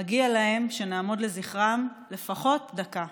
מגיע להן שנעמוד לזכרן לפחות דקה.